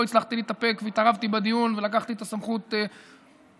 הצלחתי להתאפק והתערבתי בדיון ולקחתי את הסמכות להתווכח